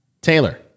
Taylor